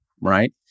right